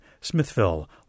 Smithville